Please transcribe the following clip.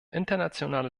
internationale